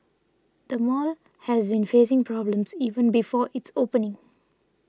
the mall has been facing problems even before its opening